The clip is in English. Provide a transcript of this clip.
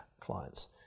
clients